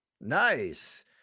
Nice